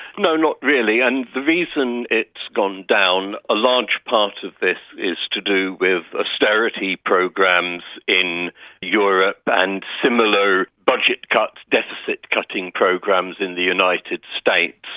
no, not really, and the reason it's gone down, a large part of this is to do with ah austerity programs in europe and similar budget cuts, deficit-cutting programs in the united states,